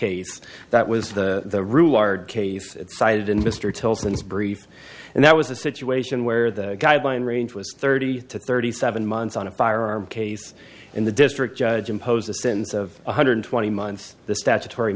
case that was the rule our case cited in mr tilton's brief and that was a situation where the guideline range was thirty to thirty seven months on a firearm case in the district judge impose a sentence of one hundred twenty months the statutory